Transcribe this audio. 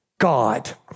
God